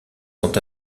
sont